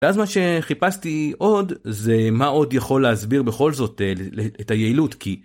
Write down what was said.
אז מה שחיפשתי עוד זה מה עוד יכול להסביר בכל זאת את היעילות כי.